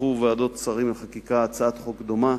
דחו ועדות שרים לחקיקה הצעת חוק דומה,